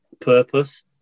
purpose